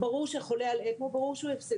ברור שחולה על אקמו הוא הפסדי.